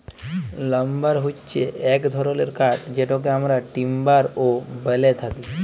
lumber হচ্যে এক ধরলের কাঠ যেটকে আমরা টিম্বার ও ব্যলে থাকি